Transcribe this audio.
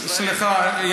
סליחה,